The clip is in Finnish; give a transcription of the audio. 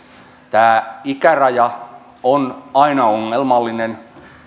tämä ikäraja on aina ongelmallinen